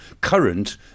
current